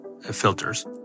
filters